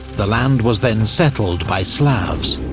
the land was then settled by slavs.